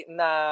na